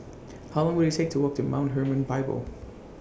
How Long Will IT Take to Walk to Mount Hermon Bible